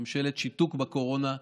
ממשלת שיתוק בקורונה,